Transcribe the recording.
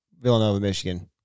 Villanova-Michigan